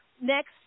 Next